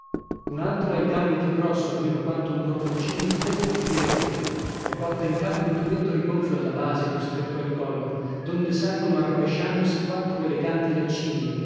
un altro ha il gambo più grosso almeno quanto un cordoncino di tre fili di refe e porta in capo un tubetto rigonfio alla base più stretto al collo donde salgono arrovesciandosi quattro eleganti lacinie